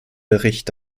bericht